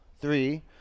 three